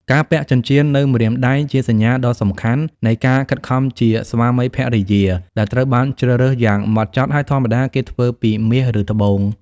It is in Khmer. ការពាក់ចិញ្ចៀននៅម្រាមដៃ ជាសញ្ញាដ៏សំខាន់នៃការខិតខំជាស្វាមីភរិយា ដែលត្រូវបានជ្រើសរើសយ៉ាងម៉ត់ចត់ ហើយធម្មតាគេធ្វើពីមាស ឬត្បូង។